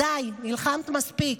די, נלחמת מספיק.